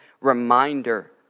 Reminder